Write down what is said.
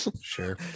Sure